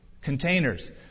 containers